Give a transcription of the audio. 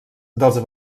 dels